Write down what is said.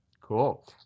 Cool